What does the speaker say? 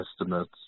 estimates